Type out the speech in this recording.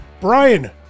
brian